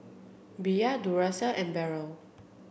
Bia Duracell and Barrel